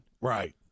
Right